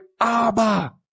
Abba